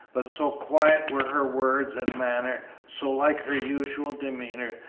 but so quiet were her words and manner, so like her usual demeanor,